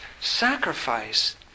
sacrifice